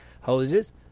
hoses